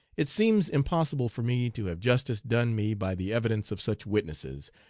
it seems impossible for me to have justice done me by the evidence of such witnesses,